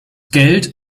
geld